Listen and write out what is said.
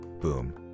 Boom